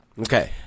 Okay